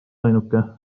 ainuke